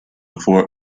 four